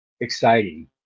exciting